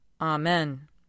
Amen